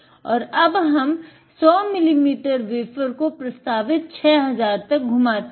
और अब हम 100 मिलीमीटर वेफ़र को प्रस्तावित 6000 तक घुमाते हैं